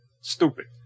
Stupid